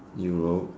Europe